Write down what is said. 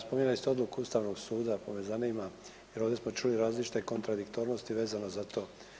Spominjali ste odluku Ustavnog suda pa me zanima jer ovdje smo čuli različite kontradiktornosti vezano za to.